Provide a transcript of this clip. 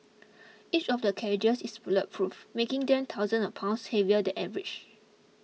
each of the carriages is bulletproof making them thousands of pounds heavier than average